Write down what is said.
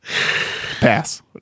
Pass